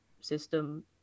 system